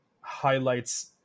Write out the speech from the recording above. highlights